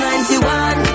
91